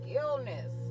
illness